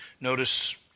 Notice